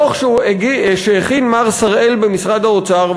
הדוח שהכין מר שראל במשרד האוצר,